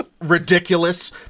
ridiculous